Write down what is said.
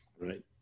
Right